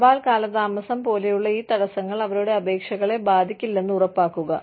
തപാൽ കാലതാമസം പോലെയുള്ള ഈ തടസ്സങ്ങൾ അവരുടെ അപേക്ഷകളെ ബാധിക്കില്ലെന്ന് ഉറപ്പാക്കുക